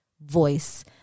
voice